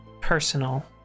personal